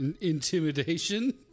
Intimidation